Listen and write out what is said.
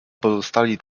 pozostali